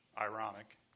ironic